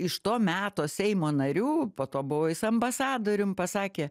iš to meto seimo narių po to buvęs ambasadorium pasakė